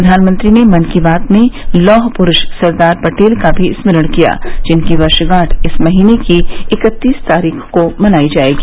प्रधानमंत्री ने मन की बात में लौह प्रूष सरदार पटेल का भी स्मरण किया जिनकी वर्षगांठ इस महीने की इकत्तीस तारीख़ को मनाई जायेगी